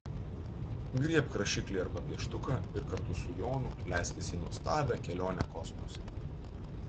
griebk rašiklį arba pieštuką ir kartu su jonu leiskis į nuostabią kelionę kosmose